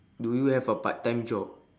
do you have a part time job